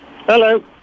Hello